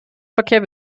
verkehr